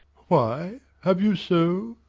why, have you so?